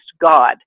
God